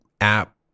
app